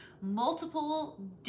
multiple